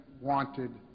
wanted